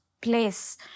place